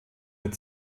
mit